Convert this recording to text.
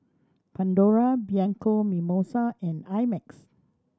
Pandora Bianco Mimosa and I Max